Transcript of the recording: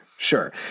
Sure